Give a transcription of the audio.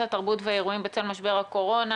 התרבות והאירועים בצל משבר הקורונה,